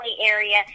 area